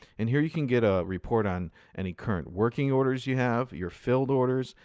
and here, you can get a report on any current working orders you have, your filled orders,